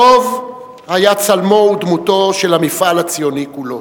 דב היה צלמו ודמותו של המפעל הציוני כולו,